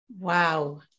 Wow